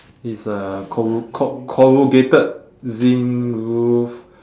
it's a corru~ co~ corrugated zinc roof